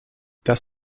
das